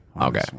Okay